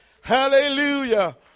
Hallelujah